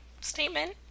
statement